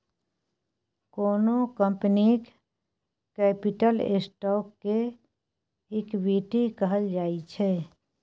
कोनो कंपनीक capital stock केँ इक्विटी कहल जाइ छै